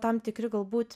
tam tikri galbūt